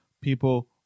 people